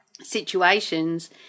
situations